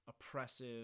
oppressive